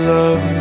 love